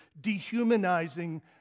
dehumanizing